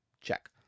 Check